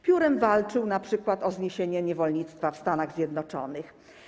Piórem walczył np. o zniesienie niewolnictwa w Stanach Zjednoczonych.